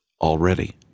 already